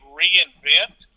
reinvent